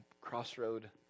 crossroad